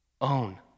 Own